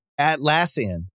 Atlassian